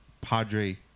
padre